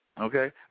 Okay